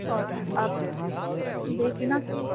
اور آپ دیکھ لینا کہ